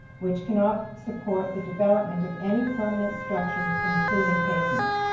which cannot support the development of any permanent structures, including pavement.